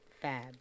Fab